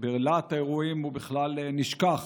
ובלהט האירועים הוא בכלל נשכח